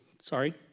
sorry